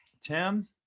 Tim